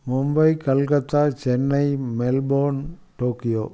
Mumbai Kolkata Chennai Melbourne Tokyo